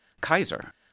Kaiser